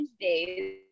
days